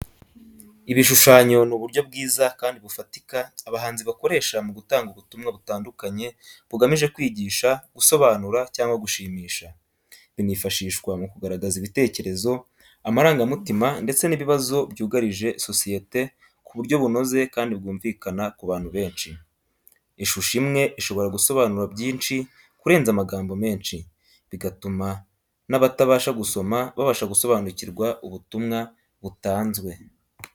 Ibishushanyo ni uburyo bwiza kandi bufatika abahanzi bakoresha mu gutanga ubutumwa butandukanye bugamije kwigisha, gusobanura, cyangwa gushimisha. Binifashishwa mu kugaragaza ibitekerezo, amarangamutima, ndetse n'ibibazo byugarije sosiyete ku buryo bunoze kandi bwumvikana ku bantu benshi. Ishusho imwe ishobora gusobanura byinshi kurenza amagambo menshi, bigatuma n’abatabasha gusoma babasha gusobanukirwa ubutumwa butanzwe.